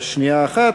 שנייה אחת.